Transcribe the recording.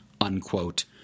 unquote